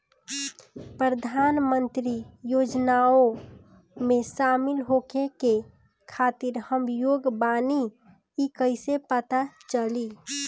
प्रधान मंत्री योजनओं में शामिल होखे के खातिर हम योग्य बानी ई कईसे पता चली?